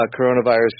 coronavirus